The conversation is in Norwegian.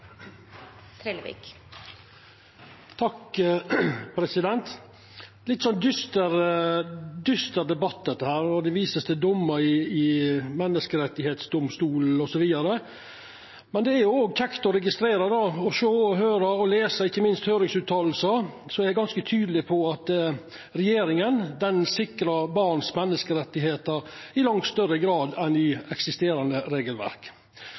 litt dyster debatt, og det vert vist til dommar i menneskerettsdomstolen osv. Men det er kjekt å registrera, sjå, høyra og lesa ikkje minst utsegner i høyringar som er ganske tydelege på at regjeringa sikrar menneskerettane til barna i langt større grad enn i eksisterande regelverk.